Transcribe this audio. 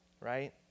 right